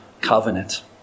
covenant